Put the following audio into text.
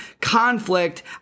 conflict